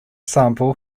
sample